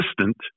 assistant